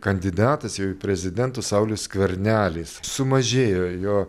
kandidatas į prezidentus saulius skvernelis sumažėjo jo